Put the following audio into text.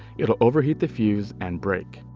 it'll overheat the fuse and break.